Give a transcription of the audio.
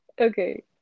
okay